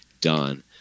done